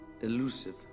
elusive